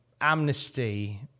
amnesty